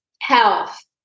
health